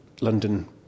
London